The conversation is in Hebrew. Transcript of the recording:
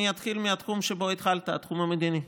אני אתחיל מהתחום שבו התחלת, התחום המדיני.